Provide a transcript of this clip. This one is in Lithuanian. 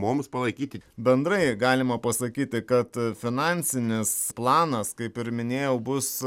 mums palaikyti bendrai galima pasakyti kad finansinis planas kaip ir minėjau bus